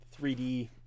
3D